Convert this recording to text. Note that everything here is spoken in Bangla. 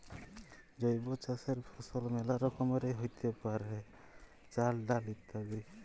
জৈব চাসের ফসল মেলা রকমেরই হ্যতে পারে, চাল, ডাল ইত্যাদি